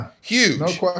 huge